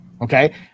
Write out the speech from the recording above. Okay